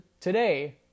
today